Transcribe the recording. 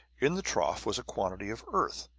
in the trough was a quantity of earth,